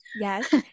yes